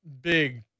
big